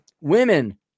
Women –